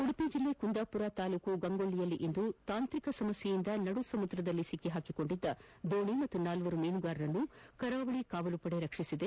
ಉಡುಪಿ ಜಿಲ್ಲೆ ಕುಂದಾಪುರ ತಾಲೂಕಿನ ಗಂಗೊಳ್ಳಿಯಲ್ಲಿಂದು ತಾಂತ್ರಿಕ ಸಮಸ್ಯೆಯಿಂದ ನದುಸಮುದ್ರದಲ್ಲಿ ಸಿಲುಕಿದ್ದ ದೋಣಿ ಹಾಗೂ ನಾಲ್ವರು ಮೀನುಗಾರರನ್ನು ಕರಾವಳಿ ಕಾವಲುಪಡೆ ರಕ್ಷಿಸಿದೆ